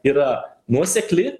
yra nuosekli